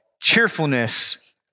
cheerfulness